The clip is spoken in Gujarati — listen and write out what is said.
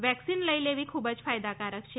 વેક્સીન લઇ લેવી ખૂબ જ ફાયદાકારક છે